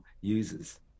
users